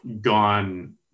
gone